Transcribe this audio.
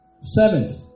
Seventh